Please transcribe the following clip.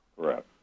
Correct